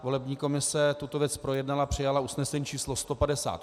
Volební komise tuto věc projednala a přijala usnesení č. 158.